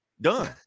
done